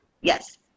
Yes